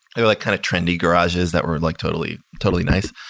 they were like kind of trendy garages that were like totally totally nice.